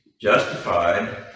justified